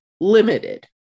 limited